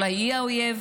אולי היא האויב?